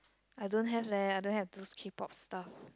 I don't have leh I don't have those k-pop stuff